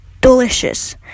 delicious